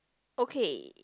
okay